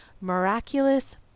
miraculous